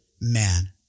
man